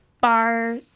bar